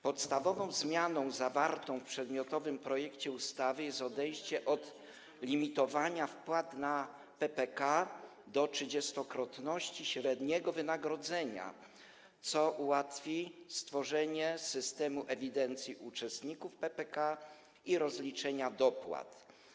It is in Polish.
Podstawową zmianą ujętą w przedmiotowym projekcie ustawy jest odejście od limitowania wpłat na PPK do trzydziestokrotności średniego wynagrodzenia, co ułatwi stworzenie systemu ewidencji uczestników PPK i rozliczanie dopłat.